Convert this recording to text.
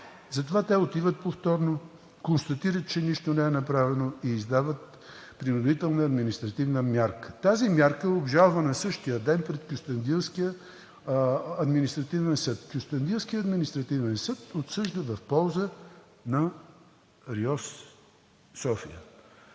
Затова те отиват повторно, констатират, че нищо не е направено и издават принудителна административна мярка. Тази мярка е обжалвана същия ден пред Кюстендилския административен съд. Кюстендилският административен съд отсъжда в полза на РИОСВ – София.